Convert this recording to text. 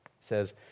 says